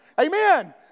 amen